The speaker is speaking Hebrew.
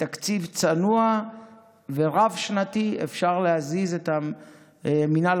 בתקציב צנוע ורב-שנתי אפשר להזיז את המינהל